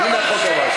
הנה החוק הבא שלך.